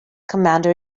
commander